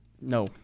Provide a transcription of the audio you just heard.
No